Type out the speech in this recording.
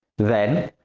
then,